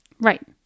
right